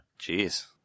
Jeez